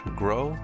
grow